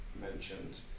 mentioned